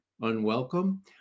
unwelcome